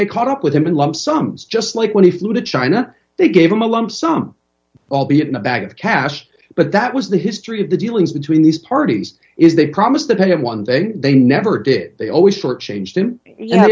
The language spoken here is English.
they caught up with him and lump sums just like when he flew to china they gave him a lump sum albeit in a bag of cash but that was the history of the dealings between these parties is they promised to pay him one day they never did they always short changed him